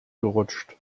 gerutscht